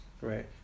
right